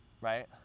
right